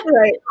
Right